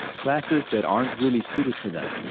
classes that aren't really suited to them.